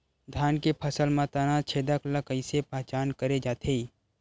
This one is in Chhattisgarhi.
धान के फसल म तना छेदक ल कइसे पहचान करे जाथे?